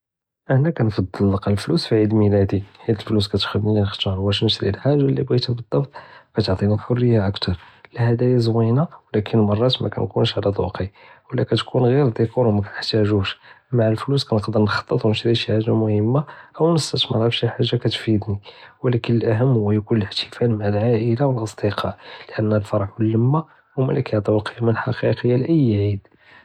אנא כנפעל נלקא ליפולוס פי עיד מילאדי חית פילוס כתחליני נחתאר ואש נשري לחאגה לי בג'יתה בדבצ' פתג'יני אלחריה אכתר, האלדא זוינה ולקין מראת מקנלקוואש עלא דוג'י, ולא כתכון ג'יר דקור מאנחת'אזש, מע אליפולוס נוקדר נכטט ונשري שי חאגה מומיה, או נסתמרה פי שי חאגה קטפידני ולקין אלאהמ הוא יכון אלאחתפל מעא אלאעילה ואלאסדקא ליאנא אלפארח ואלמה הומא לי כיעטו אלקימא אלחאקיקיה לאי עיד.